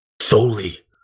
Solely